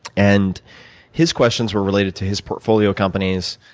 and his questions were related to his portfolio companies,